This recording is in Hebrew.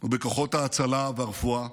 ובכוחות ההצלה והרפואה,